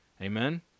Amen